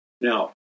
Now